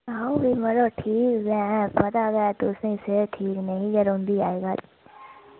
अ'ऊं ते ठीक ऐ पता गै तुसें ई सेहत ठीक नेईं गै रौंह्दी अज्जकल